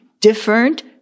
different